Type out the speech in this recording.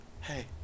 hey